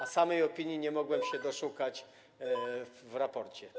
A samej opinii nie mogłem się doszukać w raporcie.